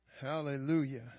Hallelujah